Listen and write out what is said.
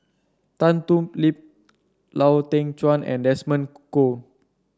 Tan Thoon Lip Lau Teng Chuan and Desmond Kon